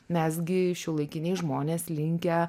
mes gi šiuolaikiniai žmonės linkę